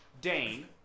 Dane